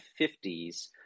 50s